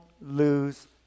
lose